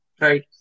Right